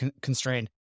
constrained